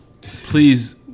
Please